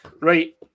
right